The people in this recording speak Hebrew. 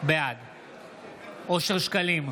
בעד אושר שקלים,